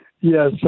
Yes